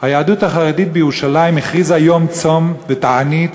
היהדות החרדית בירושלים הכריזה יום צום ותענית